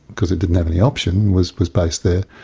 because it didn't have any option, was was based there,